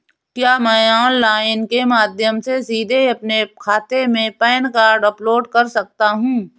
क्या मैं ऑनलाइन के माध्यम से सीधे अपने खाते में पैन कार्ड अपलोड कर सकता हूँ?